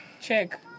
Check